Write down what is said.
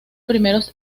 primeros